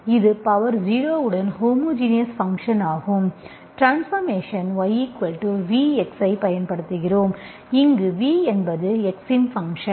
இது பவர் 0 உடன் homogeneous function ஆகும் ட்ரான்ஸ்பார்மேஷன் yVx ஐப் பயன்படுத்துகிறோம் இங்கு V என்பது x இன் ஃபங்க்ஷன்